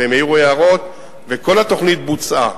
הם העירו הערות וכל התוכנית בוצעה.